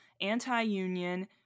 anti-Union